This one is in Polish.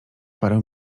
parę